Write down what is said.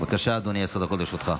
בבקשה, אדוני, עשר דקות לרשותך.